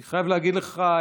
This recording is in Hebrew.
אני חייב להגיד לך,